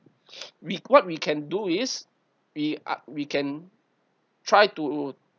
we what we can do is we uh we can try to